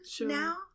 now